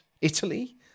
Italy